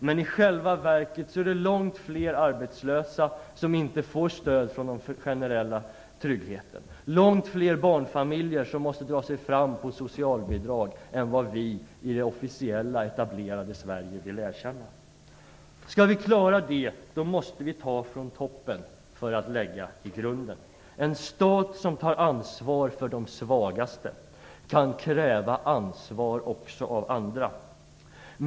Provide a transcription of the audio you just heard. Men i själva verket är det långt fler arbetslösa som inte får stöd från den generella tryggheten. Det är långt fler barnfamiljer som måste dra sig fram på socialbidrag än vad vi i det officiella etablerade Sverige vill erkänna. Skall vi klara detta måste vi ta från toppen för att lägga till grunden. En stat som tar ansvar för de svagaste kan kräva ansvar också av andra.